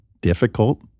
difficult